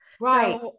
Right